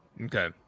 Okay